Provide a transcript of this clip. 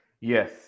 Yes